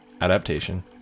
adaptation